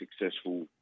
successful